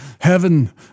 heaven